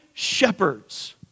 Shepherds